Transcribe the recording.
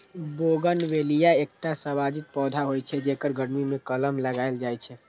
bougainvillea एकटा सजावटी पौधा होइ छै, जेकर गर्मी मे कलम लगाएल जाइ छै